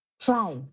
Try